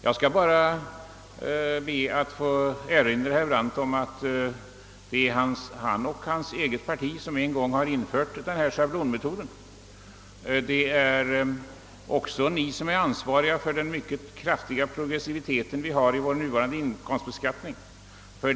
Jag skall bara be att få erinra herr Brandt om att det är han och hans eget parti som en gång infört denna schablonmetod. Det är också ni som bär ansvaret för den mycket kraftiga progressivitet som vi har i den nuvarande inkomstbeskattningen.